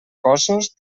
cossos